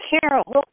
Carol